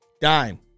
Dime